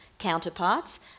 Counterparts